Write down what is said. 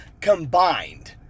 combined